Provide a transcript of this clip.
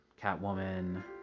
Catwoman